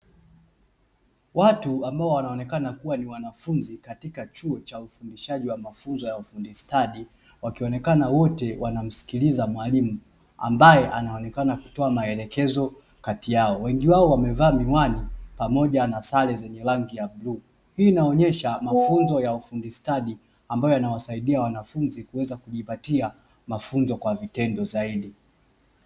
watu ambao wanaonekana kuwa ni wanafunzi katika chuo cha ufundishaji wa mafunzo ya Ufundistadi wakionekana wote wanamsikiliza mwalimu, ambaye anaonekana kutoa maelekezo kati yao. Wengine wao wamevaa miwani pamoja na sale zenye rangi ya bluu. Hii inaonyesha mafunzo ya Ufundistadi ambayo yanawasaidia wanafunzi kuweza kujipatia mafunzo kwa vitendo zaidi.